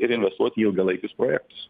ir investuoti į ilgalaikius projektus